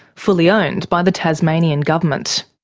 fully owned by the tasmanian government.